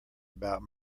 about